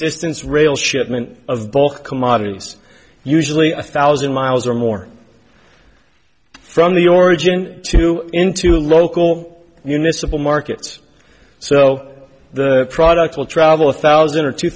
distance rail shipment of bulk commodities usually a thousand miles or more from the origin to into local municipal markets so the product will travel a thousand or two